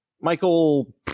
Michael